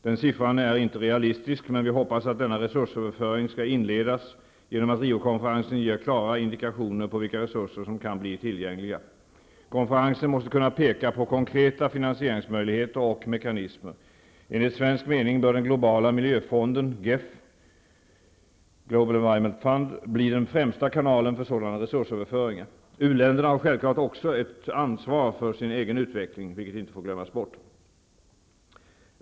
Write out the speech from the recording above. Den siffran är inte realistisk, men vi hoppas att denna resursöverföring skall inledas genom att Riokonferensen ger klara indikationer på vilka resurser som kan bli tillgängliga. Konferensen måste kunna peka på konkreta finansieringsmöjligheter och mekanismer. Enligt svensk mening bör den globala miljöfonden, GEF, bli den främsta kanalen för sådana resursöverföringar. U-länderna har självklart också ett ansvar för sin egen utveckling, vilket inte får glömmas bort.